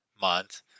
month